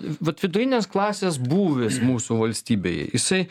vat vidurinės klasės būvis mūsų valstybėje jisai